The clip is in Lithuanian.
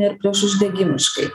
ir priešuždegimiškai